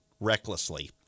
recklessly